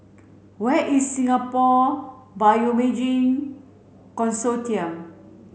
where is Singapore Bioimaging Consortium